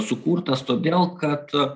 sukurtas todėl kad